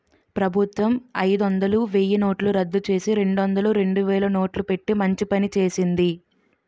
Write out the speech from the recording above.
ప్రభుత్వం అయిదొందలు, వెయ్యినోట్లు రద్దుచేసి, రెండొందలు, రెండువేలు నోట్లు పెట్టి మంచి పని చేసింది